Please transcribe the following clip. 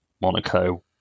Monaco